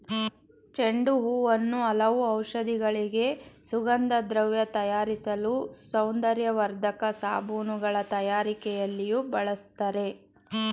ಚೆಂಡು ಹೂವನ್ನು ಹಲವು ಔಷಧಿಗಳಿಗೆ, ಸುಗಂಧದ್ರವ್ಯ ತಯಾರಿಸಲು, ಸೌಂದರ್ಯವರ್ಧಕ ಸಾಬೂನುಗಳ ತಯಾರಿಕೆಯಲ್ಲಿಯೂ ಬಳ್ಸತ್ತರೆ